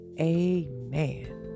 Amen